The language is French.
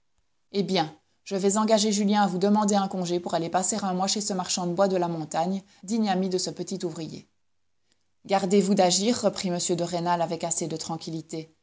eh bien je vais engager julien à vous demander un congé pour aller passer un mois chez ce marchand de bois de la montagne digne ami de ce petit ouvrier gardez-vous d'agir reprit m de rênal avec assez de tranquillité